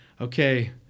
okay